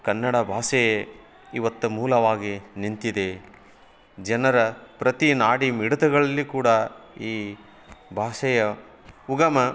ಕನ್ನಡ ಭಾಷೆಯೆ ಇವತ್ತು ಮೂಲವಾಗಿ ನಿಂತಿದೆ ಜನರ ಪ್ರತಿ ನಾಡಿ ಮಿಡಿತಗಳಲ್ಲಿ ಕೂಡ ಈ ಭಾಷೆಯ ಉಗಮ